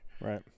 Right